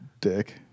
dick